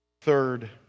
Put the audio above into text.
Third